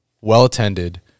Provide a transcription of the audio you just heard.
well-attended